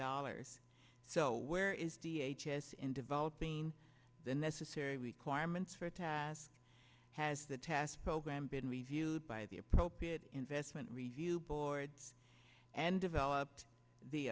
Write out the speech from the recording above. dollars so where is the h s in developing the necessary requirements for task has the task program been reviewed by the appropriate investment review boards and developed the